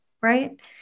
right